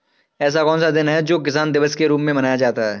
ऐसा कौन सा दिन है जो किसान दिवस के रूप में मनाया जाता है?